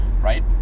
Right